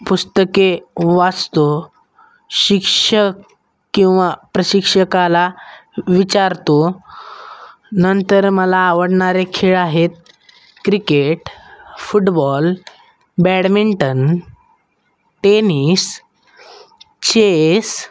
पुस्तके वाचतो शिक्षक किंवा प्रशिक्षकाला विचारतो नंतर मला आवडणारे खेळ आहेत cricket football badminton tennis chess